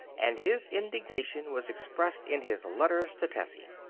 and his indignation was expressed in his letters to tessie.